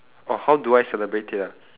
oh how do I celebrate it ah